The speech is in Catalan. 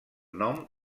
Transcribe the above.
nom